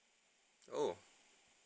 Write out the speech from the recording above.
oh